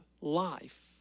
life